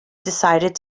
decided